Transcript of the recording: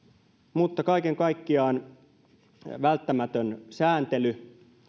mutta kaiken kaikkiaan välttämätön sääntely